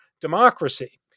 democracy